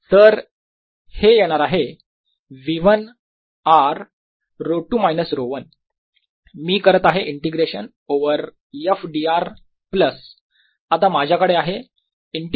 तर हे येणार आहे v1 r ρ2 मायनस ρ1 मी करत आहे integration over f dr plus आता माझ्याकडे आहे इंटिग्रेशन ओवर f df